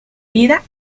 vida